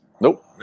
Nope